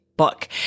book